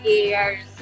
Year's